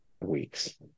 weeks